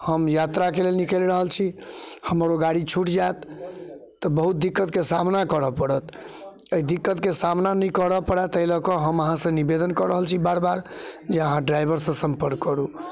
हम यात्राके लेल निकलि रहल छी हमर ओ गाड़ी छुटि जायत तऽ बहुत दिक्कतके सामना करऽ पड़त अइ दिक्कतके सामना नहि करऽ पड़ै तै लऽ कऽ हम अहाँसँ निवेदन कऽ रहल छी बार बार जे अहाँ ड्राइवरसँ सम्पर्क करू